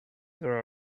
there